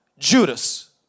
Judas